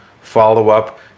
follow-up